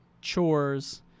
chores